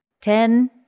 ten